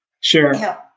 Sure